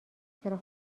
چرا